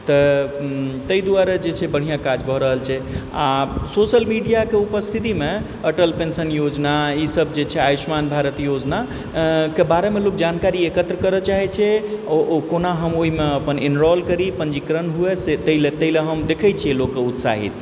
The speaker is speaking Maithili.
तऽ तहि दुआरे जे छै बढ़िआँ काज भऽ रहल छै आओर सोशल मीडियाकेँ उपस्थितिमे अटल पेंशन योजना ई सभजे छै आयुष्मान योजनाके बारेमे जानकारी एकत्र करै चाहै छै ओ कोना हम ओहिमे अपन इनरोल करी पञ्जीकरण हुए से ताहि लऽ हम दखैत छियै लोककेँ उत्साहित